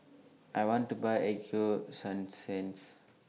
I want to Buy Ego Sunsense